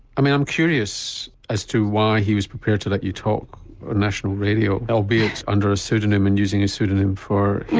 i mean i'm curious as to why he was prepared to let you talk on ah national radio albeit under a pseudonym and using a pseudonym for him.